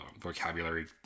vocabulary